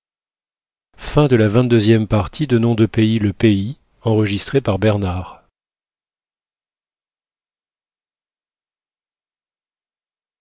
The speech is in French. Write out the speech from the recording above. le roi de le